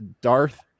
Darth